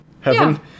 heaven